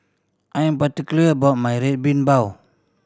I am particular about my Red Bean Bao